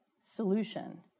solution